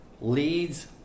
leads